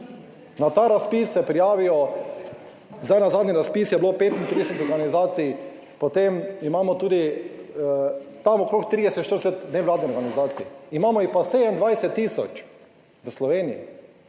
Na ta razpis se prijavijo, zdaj na zadnji razpis je bilo 35 organizacij, potem imamo tudi tam okrog 30, 40 nevladnih organizacij, imamo jih pa 27 tisoč v Sloveniji.